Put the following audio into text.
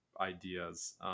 ideas